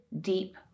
deep